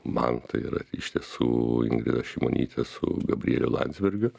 man tai yra iš tiesų ingrida šimonytė su gabrieliu landsbergiu